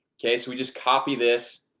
okay, so we just copy this